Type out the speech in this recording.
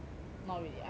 not really I think